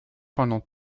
pendant